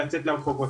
אלא לצאת לרחובות.